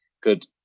good